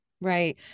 Right